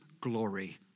glory